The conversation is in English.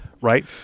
Right